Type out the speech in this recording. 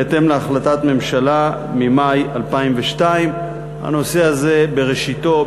בהתאם להחלטת ממשלה במאי 2002. הנושא הזה בראשיתו,